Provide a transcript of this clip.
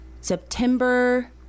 September